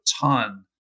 ton